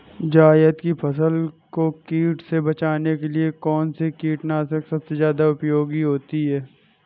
जायद की फसल को कीट से बचाने के लिए कौन से कीटनाशक सबसे ज्यादा उपयोगी होती है?